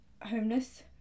Homeless